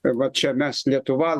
va čia mes lietuva